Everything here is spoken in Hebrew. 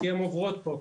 כי הן עוברות פה.